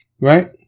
right